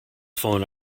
phone